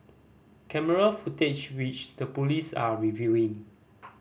camera footage which the police are reviewing